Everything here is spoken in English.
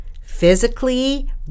physically